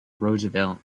roosevelt